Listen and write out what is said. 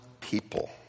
people